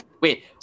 Wait